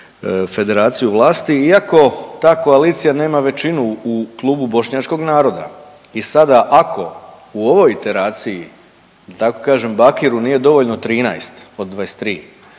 Federaciji u vlasti iako ta koalicija nema većinu u klubu bošnjačkog naroda. I sada ako u ovoj iteraciji da tako kažem Bakiru nije dovoljno 13 od 23